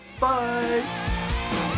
bye